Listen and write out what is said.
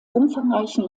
umfangreichen